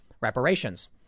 reparations